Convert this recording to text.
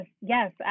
yes